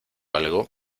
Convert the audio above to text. algo